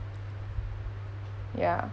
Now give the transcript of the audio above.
ya